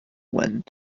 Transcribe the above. went